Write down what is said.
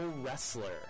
wrestler